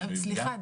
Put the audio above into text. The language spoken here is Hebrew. סליחה,